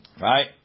Right